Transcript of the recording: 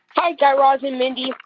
hi, guy raz and mindy.